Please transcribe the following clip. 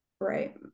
Right